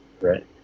Right